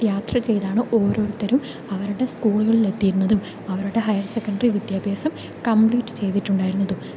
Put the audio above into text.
യാത്ര ചെയ്താണ് ഓരോരുത്തരും അവരുടെ സ്കൂളുകളിൽ എത്തിയിരുന്നതും അവരുടെ ഹയർ സെക്കണ്ടറി വിദ്യാഭ്യാസം കമ്പ്ലീറ്റ് ചെയ്തിട്ടുണ്ടായിരുന്നതും